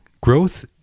growth